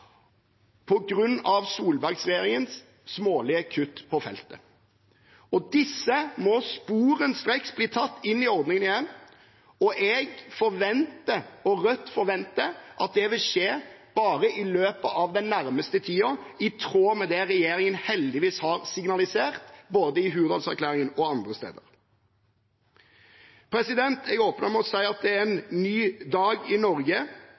smålige kutt på feltet. Disse må sporenstreks bli tatt inn i ordningen igjen. Rødt og jeg forventer at det vil skje i løpet av den nærmeste tiden, i tråd med det regjeringen heldigvis har signalisert både i Hurdalserklæringen og andre steder. Jeg åpnet med å si at det er en ny dag i Norge,